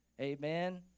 Amen